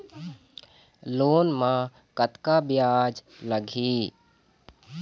Loan म कतका ब्याज लगही?